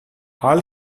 all